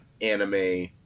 anime